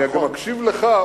אני גם אקשיב לך,